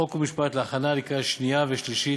חוק משפט להכנה לקריאה שנייה ושלישית.